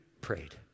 prayed